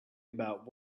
about